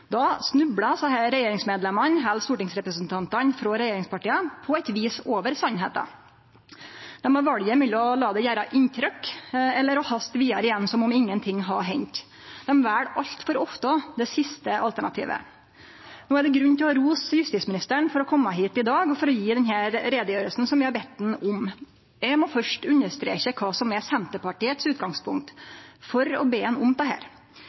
Då snublar desse regjeringsmedlemmane eller stortingsrepresentantane frå regjeringspartia på eit vis over sanninga. Dei har valet mellom å la det gjere inntrykk eller haste vidare som om ingenting hadde hendt. Dei vel altfor ofte det siste alternativet. No er det grunn til å rose justisministeren for å kome hit i dag for å gje denne utgreiinga som vi har bedt han om. Eg må først understreke kva som er Senterpartiets utgangspunkt for å be han om dette, for dei tre partia som står bak det